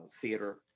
theater